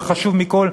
וחשוב מכול,